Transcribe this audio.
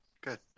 Good